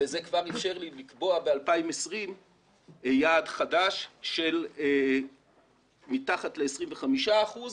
וזה כבר אפשר לי לקבוע ב-2020 יעד חדש של מתחת ל-25 אחוזים